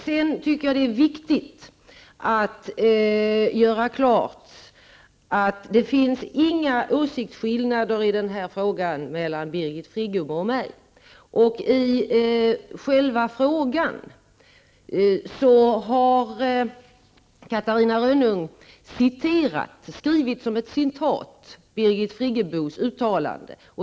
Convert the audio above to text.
Det är viktigt att klargöra att det i denna fråga inte finns några åsiktsskillnader mellan Birgit Friggebo och mig. I sin fråga har Catarina Rönnung citerat Birgit Friggebos uttalande.